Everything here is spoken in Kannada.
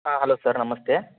ಹಾಂ ಹಲೋ ಸರ್ ನಮಸ್ತೆ